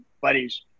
buddies